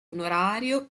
onorario